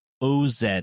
oz